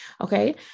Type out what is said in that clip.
Okay